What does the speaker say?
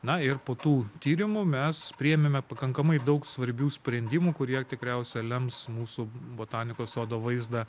na ir po tų tyrimų mes priėmėme pakankamai daug svarbių sprendimų kurie tikriausia lems mūsų botanikos sodo vaizdą